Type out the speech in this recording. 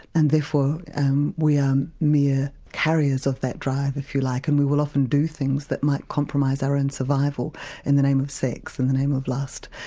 and therefore um we are mere carriers of that drive if you like, and we will often do things that might compromise our own and survival in the name of sex, in the name of lust.